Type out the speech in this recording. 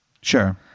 Sure